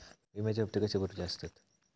विम्याचे हप्ते कसे भरुचे असतत?